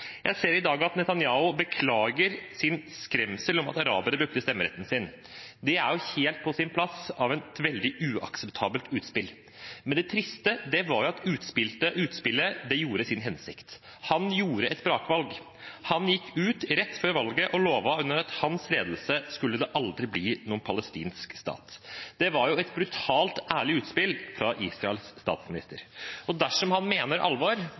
Jeg ser i dag at Netanyahu beklager sin skremsel om at arabere brukte stemmeretten sin. Det er helt på sin plass å kalle det et veldig uakseptabelt utspill, men det triste var jo at utspillet virket etter sin hensikt – han gjorde et brakvalg. Han gikk ut rett før valget og lovte at under hans ledelse skulle det aldri bli noen palestinsk stat. Det var et brutalt ærlig utspill fra Israels statsminister, og dersom han mener alvor